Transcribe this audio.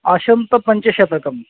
आसन्दं पञ्चशतं